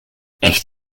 echt